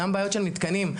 גם בעיות של מתקנים.